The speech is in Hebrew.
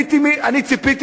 זה מה שאתה מפספס,